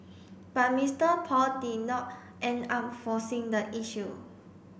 but Mister Paul did not end up forcing the issue